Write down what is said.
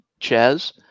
Chaz